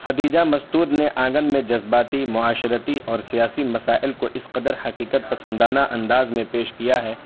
خدیجہ مستور نے آنگن میں جذباتی معاشرتی اور سیاسی مسائل کو اس قدر حقیقت پسندانہ انداز میں پیش کیا ہے